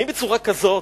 אבל האם בצורה כזאת?